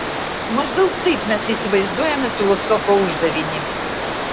maždaug taip mes įsivaizduojame filosofo uždavinį